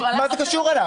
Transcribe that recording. מה זה קשור אליו?